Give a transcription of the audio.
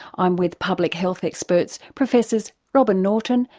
i'm with public health experts professors robyn norton,